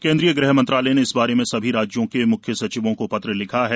केन्द्रीय गृहमंत्रालय ने इस बारे में सभी राज्यों के मुख्य सचिवों को पत्र लिखा है